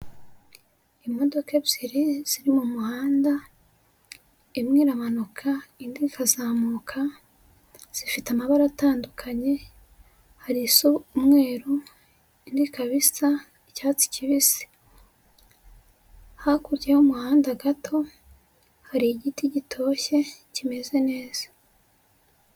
Imodoka ebyiri ziri mu muhanda, imwe iramanuka, indi ikazamuka, zifite amabara atandukanye, hari isa umweru, indi ikaba isa icyatsi kibisi. Hakurya y'umuhanda gato, hari igiti gitoshye kimeze neza.